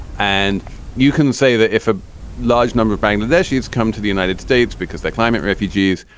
and you can say that if a large number of bangladeshis come to the united states because they're climate refugees,